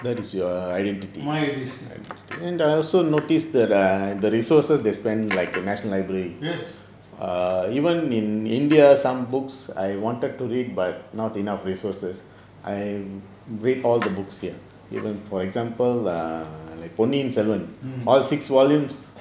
yes mm